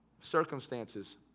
circumstances